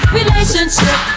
relationship